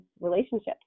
relationships